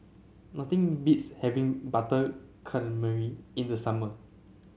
nothing beats having Butter Calamari in the summer